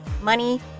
money